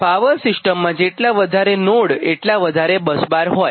power સિસ્ટમમાં જેટલા વધારે નોડ એટલા વધારે બસબાર હોય